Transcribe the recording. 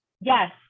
Yes